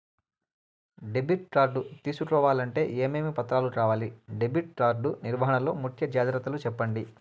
Debit card తీసుకోవాలంటే ఏమేమి పత్రాలు కావాలి? డెబిట్ కార్డు నిర్వహణ లో ముఖ్య జాగ్రత్తలు సెప్పండి?